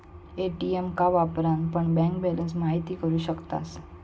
ATM का वापरान पण बँक बॅलंस महिती करू शकतास